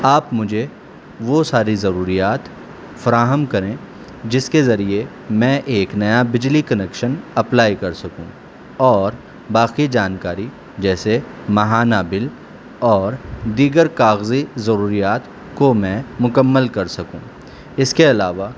آپ مجھے وہ ساری ضروریات فراہم کریں جس کے ذریعے میں ایک نیا بجلی کنیکشن اپلائی کر سکوں اور باقی جانکاری جیسے ماہانہ بل اور دیگر کاغذی ضروریات کو میں مکمل کر سکوں اس کے علاوہ